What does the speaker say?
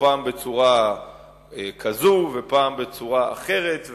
פעם בצורה כזו ופעם בצורה אחרת.